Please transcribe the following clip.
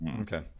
okay